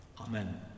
Amen